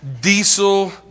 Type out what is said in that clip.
diesel